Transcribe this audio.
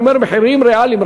אני אומר מחירים ריאליים,